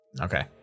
okay